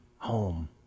home